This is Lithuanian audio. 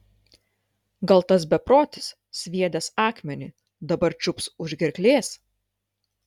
gal tas beprotis sviedęs akmenį dabar čiups už gerklės